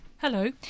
Hello